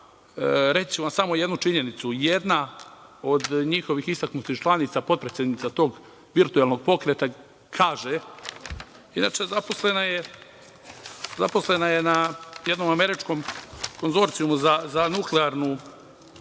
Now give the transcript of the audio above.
reći ću vam samo jednom činjenicom. Jedna od njihovih istaknutih članica, potpredsednica tog virtuelnog pokreta, kaže, a inače je zaposlena na jednom američkom konzorcijumu za nuklearnu